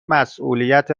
مسئولیت